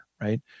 right